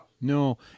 No